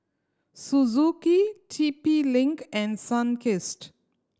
Suzuki T P Link and Sunkist